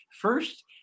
first